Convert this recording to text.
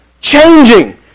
changing